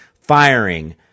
firing